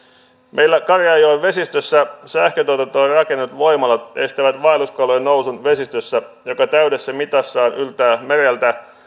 meillä karjaanjoen vesistössä sähköntuotantoon rakennetut voimalat estävät vaelluskalojen nousun vesistössä joka täydessä mitassaan yltää mereltä